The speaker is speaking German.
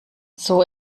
zoo